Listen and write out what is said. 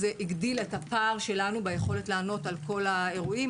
זה הגדיל את הפער שלנו ביכולת לענות על כל האירועים,